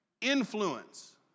influence